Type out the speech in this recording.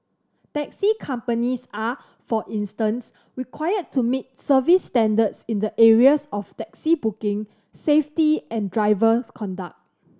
taxi companies are for instance required to meet service standards in the areas of taxi booking safety and drivers conduct